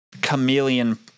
Chameleon